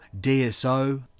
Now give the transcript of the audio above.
DSO